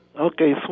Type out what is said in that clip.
Okay